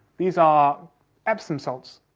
these are epsom salts,